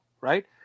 right